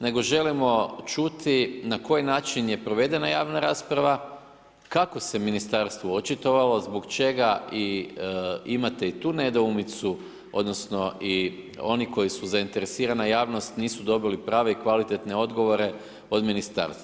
Nego želimo čuti na koji način je provedena javna rasprava, kako se ministarstvo očitovalo zbog čega i imate i tu nedoumicu odnosno i oni koji su zainteresirana javnost nisu dobili prave i kvalitetne odgovore od ministarstva.